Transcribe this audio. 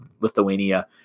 Lithuania